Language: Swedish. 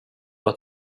att